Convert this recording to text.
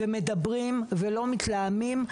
מדברים ולא מתלהמים,